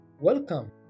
welcome